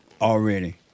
already